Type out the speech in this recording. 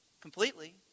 completely